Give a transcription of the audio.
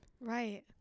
Right